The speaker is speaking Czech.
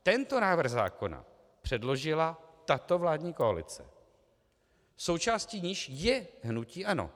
Tento návrh zákona předložila tato vládní koalice, součástí níž je hnutí ANO.